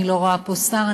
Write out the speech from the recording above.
אני לא רואה פה שר,